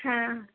हां